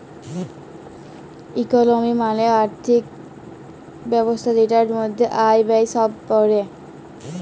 ইকলমি মালে আর্থিক ব্যবস্থা জেটার মধ্যে আয়, ব্যয়ে সব প্যড়ে